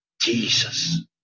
jesus